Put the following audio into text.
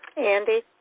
Andy